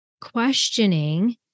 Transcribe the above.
questioning